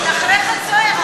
אתה מלכלך על זוהיר,